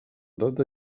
data